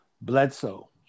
Bledsoe